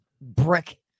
brick